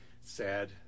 Sad